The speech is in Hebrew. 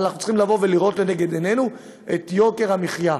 אבל אנחנו צריכים לבוא ולראות לנגד עינינו את יוקר המחיה,